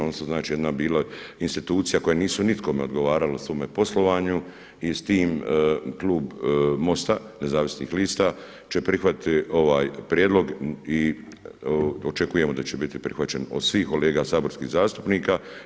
On se znači bila institucija koje nisu nikome odgovarale u svome poslovanju i s tim klub MOST-a nezavisnih lista će prihvatiti ovaj prijedlog i očekujemo da će biti prihvaćen od svih kolega saborskih zastupnika.